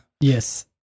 Yes